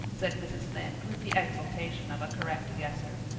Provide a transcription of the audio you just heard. said mrs. lynde, with the exultation of a correct guesser.